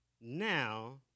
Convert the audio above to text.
now